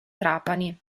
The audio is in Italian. trapani